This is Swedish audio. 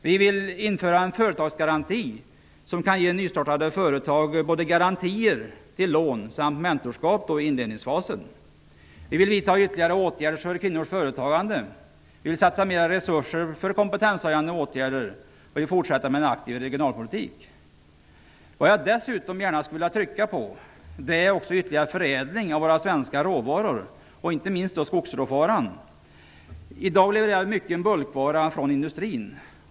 Vi vill införa en företagsgaranti som kan ge nystartade företag både garantier för lån samt mentorskap i inledningsfasen. Vi vill vidta ytterligare åtgärder för kvinnors företagande. Vi vill satsa mera resurser på kompetenshöjande åtgärder. Vi vill fortsätta med en aktiv regionalpolitik. Vad jag dessutom gärna skulle vilja trycka på är förädlingen av våra svenska råvaror, inte minst skogsråvaran. I dag levererar vi mycken bulkvara från industrin.